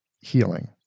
healing